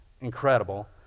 incredible